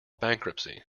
bankruptcy